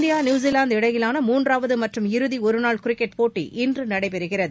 India New Zealand இடையிலான மூன்றாவது மற்றும் இறுதி ஒருநாள் கிரிக்கெட் போட்டி இன்று நடைபெறுகிறது